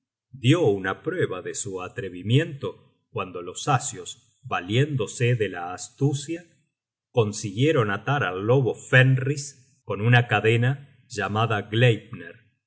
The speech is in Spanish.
dió una prueba de su atrevimiento cuando los asios valiéndose de la astucia consiguieron atar al lobo fenris con una cadena llamada